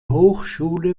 hochschule